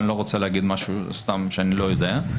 אני לא רוצה להגיד משהו סתם שאני לא יודע.